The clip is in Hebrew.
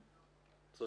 כלומר,